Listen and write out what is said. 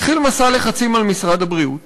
התחיל מסע לחצים על משרד הבריאות